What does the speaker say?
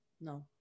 no